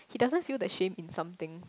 he doesn't feel the shame in somethings